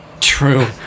true